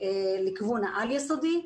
לכיוון העל-יסודי,